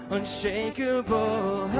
Unshakable